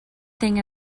thing